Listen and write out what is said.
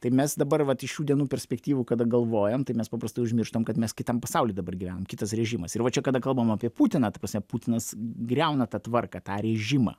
tai mes dabar vat iš šių dienų perspektyvų kad galvojam tai mes paprastai užmirštam kad mes kitam pasauly dabar gyvenam kitas režimas ir va čia kada kalbam apie putiną putinas griauna tą tvarką tą režimą